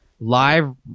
Live